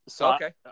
Okay